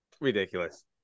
Ridiculous